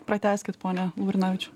pratęskit pone laurinavičiau